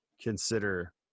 consider